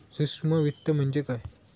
सूक्ष्म वित्त म्हणजे काय?